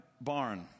barn